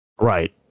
Right